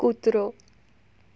કૂતરો